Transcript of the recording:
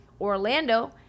Orlando